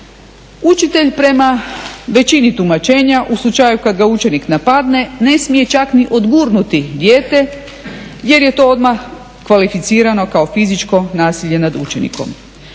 Učitelj prema većini tumačenja u slučaju kada ga učenik napadne, ne smije čak ni odgurnuti dijete jer je to odmah kvalificirano kao fizičko nasilje nad učenikom.